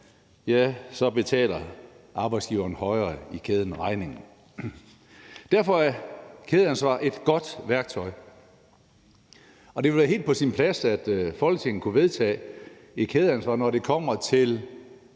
galt, betaler arbejdsgiveren højere oppe i kæden regningen. Derfor er kædeansvar et godt værktøj, og det ville være helt på sin plads, at Folketinget kunne vedtage et kædeansvar, når det kommer til